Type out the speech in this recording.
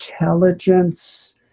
intelligence